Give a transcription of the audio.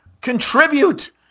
Contribute